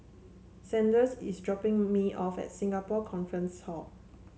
Sanders is dropping me off at Singapore Conference Hall